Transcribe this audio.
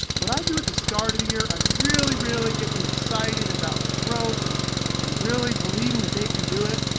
what i do at the start of the year, i really, really get them excited about growth and and really believing that they can do it.